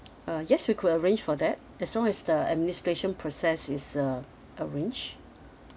uh yes we could arrange for that as long as the administration process is uh arranged